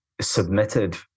submitted